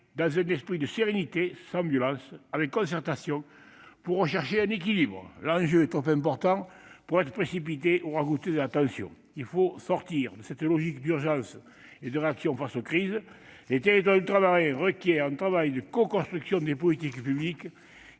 dans un esprit de sérénité, sans violence et dans la concertation, afin de rechercher un équilibre. L'enjeu est trop important pour agir dans la précipitation et ajouter de la tension. Il nous faut sortir de la logique d'urgence et de réaction aux crises. Les territoires ultramarins requièrent un travail de coconstruction des politiques publiques,